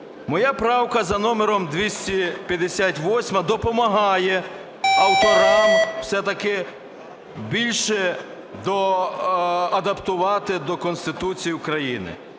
Моя правка за номером 258 допомагає авторам все-таки більше доадаптувати до Конституції України.